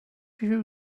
you